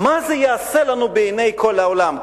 מה זה יעשה לנו בעיני כל העולם?